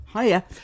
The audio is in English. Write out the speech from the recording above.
Hiya